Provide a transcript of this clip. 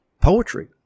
poetry